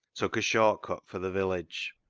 took a short cut for the village.